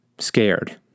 scared